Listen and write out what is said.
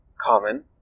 common